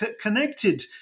connected